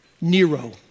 Nero